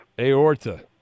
Aorta